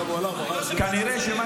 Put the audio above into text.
כנראה שמה